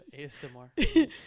ASMR